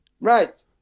Right